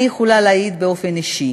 אני יכולה להעיד באופן אישי